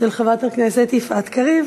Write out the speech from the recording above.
חברת הכנסת פנינה תמנו-שטה